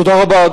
תודה רבה,